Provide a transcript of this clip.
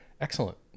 Excellent